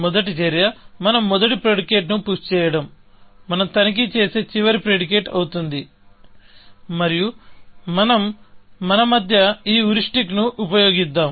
మొదటి చర్య మనం మొదటి ప్రిడికేట్ ను పుష్ చేయటం మనం తనిఖీ చేసే చివరి ప్రిడికేట్ అవుతుంది మరియు మన మధ్య ఈ హ్యూరిస్టిక్ ను ఉపయోగిద్దాం